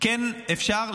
זה לא יכול לקרות.